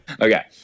Okay